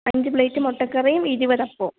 അഞ്ച് പ്ലേറ്റ് മുട്ടക്കറിയും ഇരുപത് അപ്പവും